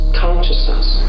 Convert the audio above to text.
consciousness